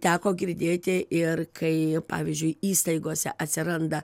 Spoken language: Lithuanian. teko girdėti ir kai pavyzdžiui įstaigose atsiranda